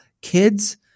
kids